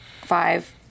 five